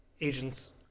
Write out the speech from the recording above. agents